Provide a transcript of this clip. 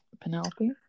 Penelope